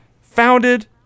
founded